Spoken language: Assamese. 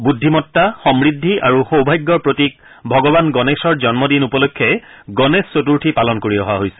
বুদ্ধিমতা সমূদ্ধি আৰু সৌভাগ্যৰ প্ৰতীক ভগৱান গণেশৰ জন্মদিন উপলক্ষে গণেশ চতুৰ্থী পালন কৰি অহা হৈছে